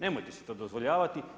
Nemojte si to dozvoljavati.